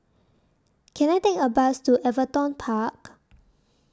Can I Take A Bus to Everton Park